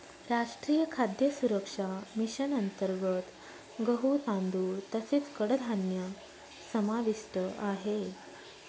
राष्ट्रीय खाद्य सुरक्षा मिशन अंतर्गत गहू, तांदूळ तसेच कडधान्य समाविष्ट आहे